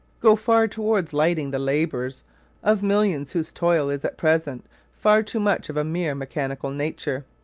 go far towards lightening the labours of millions whose toil is at present far too much of a mere mechanical nature.